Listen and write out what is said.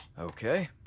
Okay